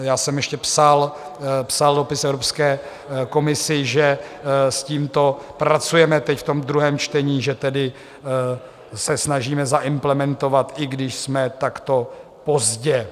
Já jsem ještě psal dopis Evropské komisi, že s tímto pracujeme teď v druhém čtení, že tedy se snažíme zaimplementovat, i když jsme takto pozdě.